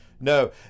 No